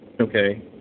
Okay